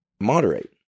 moderate